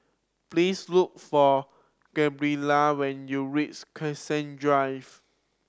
please look for Gabriella when you reach Cassia Drive